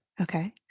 Okay